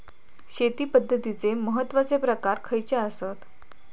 शेती पद्धतीचे महत्वाचे प्रकार खयचे आसत?